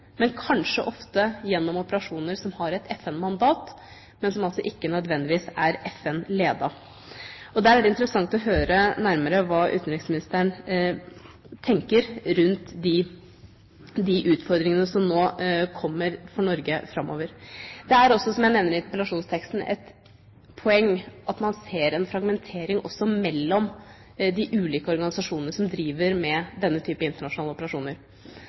men kanskje ofte gjennom operasjoner som har et FN-mandat, som altså ikke nødvendigvis er FN-ledet. Der er det interessant å høre nærmere hva utenriksministeren tenker rundt de utfordringene som nå kommer for Norge framover. Det er også, som jeg nevner i interpellasjonsteksten, et poeng at man ser en fragmentering også mellom de ulike organisasjonene som driver med denne typen internasjonale operasjoner.